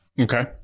Okay